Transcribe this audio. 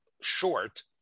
short